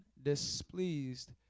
displeased